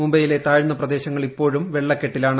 മുംബൈയിലെ താഴ്ന്ന പ്രദേശങ്ങൾ ഇപ്പോഴും വെള്ളക്കെട്ടിലാണ്